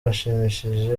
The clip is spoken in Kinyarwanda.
bashimishije